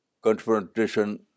confrontation